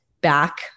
back